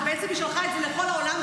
ובעצם היא שלחה את זה לכל העולם,